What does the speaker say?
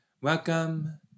Welcome